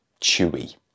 chewy